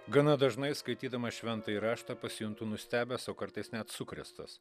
gana dažnai skaitydamas šventąjį raštą pasijuntu nustebęs o kartais net sukrėstas